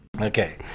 Okay